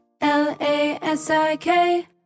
L-A-S-I-K